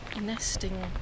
nesting